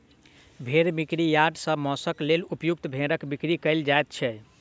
भेंड़ बिक्री यार्ड सॅ मौंसक लेल उपयुक्त भेंड़क बिक्री कयल जाइत छै